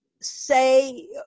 say